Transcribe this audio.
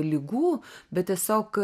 ligų bet tiesiog